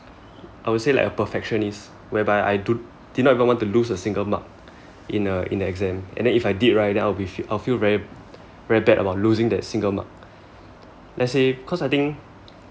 I would say like a perfectionist whereby I d~ did not even want to lose a single mark in a in a exam and then if I did right I'll be I'll feel very very bad about losing that single mark let's say cause I think